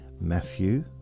Matthew